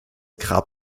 grab